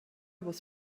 was